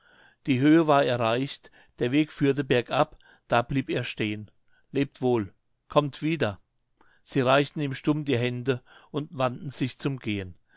die höhe war erreicht der weg führte bergab da blieb er stehen lebt wohl kommt wieder sie reichten ihm stumm die hände und wandten sich zum gehen